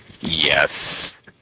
Yes